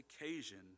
occasion